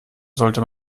sollte